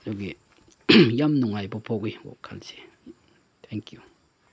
ꯑꯗꯨꯒꯤ ꯌꯥꯝ ꯅꯨꯡꯉꯥꯏꯕ ꯄꯣꯛꯏ ꯋꯥꯈꯜꯁꯦ ꯊꯦꯡ ꯌꯨ